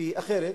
כי אחרת